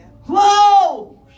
Whoa